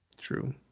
True